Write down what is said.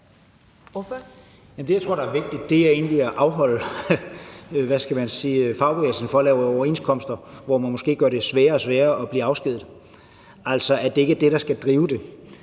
Det, jeg tror er vigtigt, er egentlig at afholde fagbevægelsen fra at lave overenskomster, hvor man måske gør det sværere og sværere at blive afskediget, altså at det ikke er det, der skal drive det,